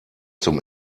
zum